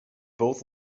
both